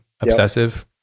obsessive